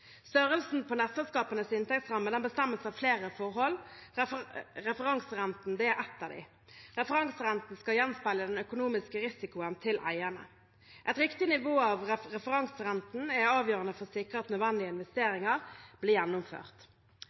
Størrelsen på nettselskapenes inntektsramme bestemmes av flere forhold – referanserenten er ett av dem. Referanserenten skal gjenspeile eiernes økonomiske risiko. Et riktig nivå på referanserenten er avgjørende for å sikre at nødvendige investeringer blir gjennomført.